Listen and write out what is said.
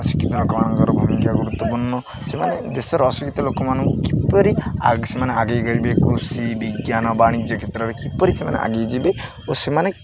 ଅଶିକ୍ଷିତ ଲୋକମାନଙ୍କର ଭୂମିକା ଗୁରୁତ୍ୱପୂର୍ଣ୍ଣ ସେମାନେ ଦେଶର ଅଶିକ୍ଷିତ ଲୋକମାନଙ୍କୁ କିପରି ସେମାନେ ଆଗେଇ କୃଷି ବିଜ୍ଞାନ ବାଣିଜ୍ୟ କ୍ଷେତ୍ରରେ କିପରି ସେମାନେ ଆଗେଇ ଯିବେ ଓ ସେମାନେ